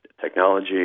technology